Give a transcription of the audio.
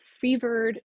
fevered